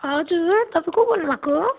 हजुर तपाईँ को बोल्नुभएको